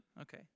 Okay